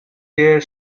there